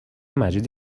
مجید